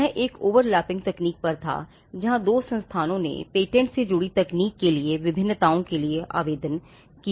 यह एक ओवरलैपिंग तकनीक पर था जहां दो संस्थानों ने पेटेंट से जुड़ी तकनीक के लिए विभिन्नताओं के लिए आवेदन किया था